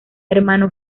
hermano